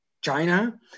China